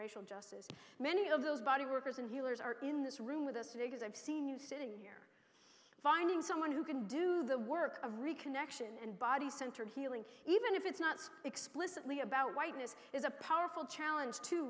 racial justice many of those body workers and healers are in this room with us today because i've seen you sitting here finding someone who can do the work of reconnection and body centered healing even if it's not explicitly about whiteness is a powerful challenge to